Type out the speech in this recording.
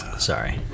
Sorry